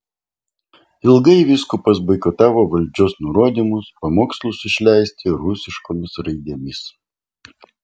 ilgai vyskupas boikotavo valdžios nurodymus pamokslus išleisti rusiškomis raidėmis